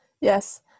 Yes